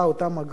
אותן אגרות,